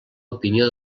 opinió